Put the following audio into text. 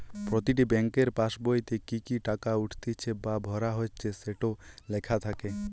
প্রতিটি বেংকের পাসবোইতে কি কি টাকা উঠতিছে বা ভরা হচ্ছে সেটো লেখা থাকে